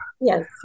yes